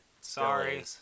Sorry